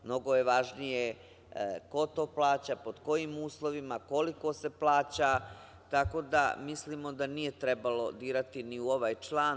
Mnogo je važnije ko to plaća, pod kojim uslovima, koliko se plaća, tako da mislimo da nije trebalo dirati ni u ovaj član.